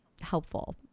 helpful